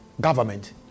government